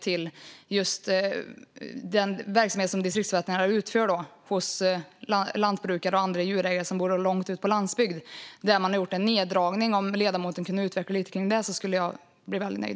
Det gäller just den verksamhet som distriktsveterinärer utför hos lantbrukare och andra djurägare som bor långt ute på landsbygden. Där har man gjort en neddragning. Om ledamoten kan utveckla det lite skulle jag bli väldigt nöjd.